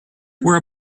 were